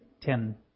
ten